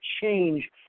change